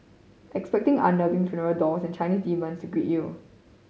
expecting unnerving funeral dolls and Chinese demons to greet you